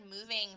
moving